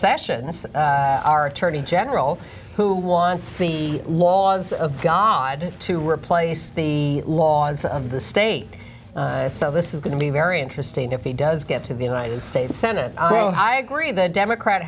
sessions our attorney general who wants the laws of god to replace the laws of the state so this is going to be very interesting if he does get to the united states senate i agree the democrat